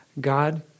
God